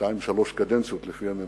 שתיים-שלוש קדנציות, לפי הממוצע.